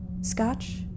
Scotch